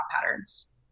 patterns